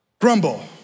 grumble